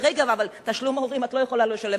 אבל תשלום הורים את לא יכולה לא לשלם,